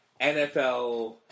NFL